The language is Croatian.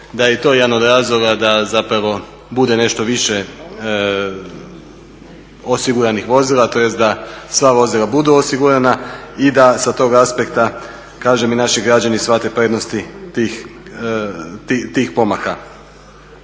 da je i to jedan od razloga da zapravo bude nešto više osiguranih vozila tj. da sva vozila budu osigurana i da sa tog aspekta kažem i naši građani shvate prednosti tih pomaka.